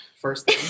first